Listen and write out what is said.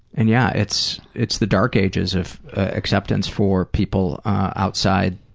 and yeah, it's it's the dark ages of acceptance for people outside